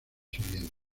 siguientes